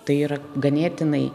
tai yra ganėtinai